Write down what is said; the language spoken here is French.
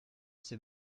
ses